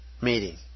meeting